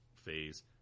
phase